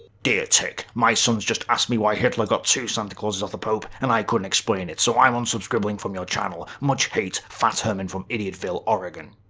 dear tik, my son's just asked me why hitler got two santa claus's off the pope, and i couldn't explain it, so i'm unsubscribbling from your channel. much hate, fat herman from idiotville, oregon.